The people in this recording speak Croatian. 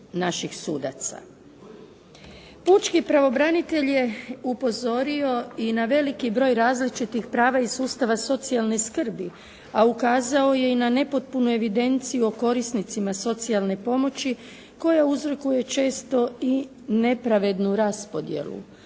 Pučki pravobranitelj je upozorio i na veliki broj različitih prava iz sustava socijalne skrbi, a ukazao je i na nepotpunu evidenciju o korisnicima socijalne pomoći koja uzrokuje često i nepravednu raspodjelu.